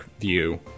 view